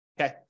okay